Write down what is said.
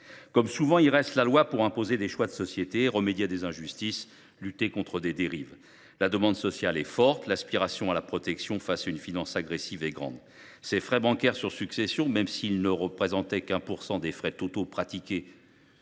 Comme souvent, il reste la loi pour imposer des choix de société, remédier à des injustices, lutter contre des dérives. La demande sociale est forte, l’aspiration à la protection face à une finance agressive est grande. Même s’ils ne représentaient que 1 % des frais totaux pratiqués,